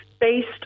based